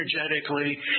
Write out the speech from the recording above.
energetically